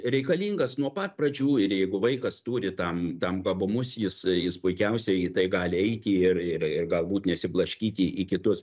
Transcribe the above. reikalingas nuo pat pradžių ir jeigu vaikas turi tam tam gabumus jis jis puikiausiai į tai gali eiti ir ir ir galbūt nesiblaškyti į kitus